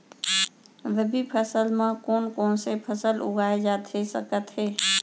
रबि फसल म कोन कोन से फसल उगाए जाथे सकत हे?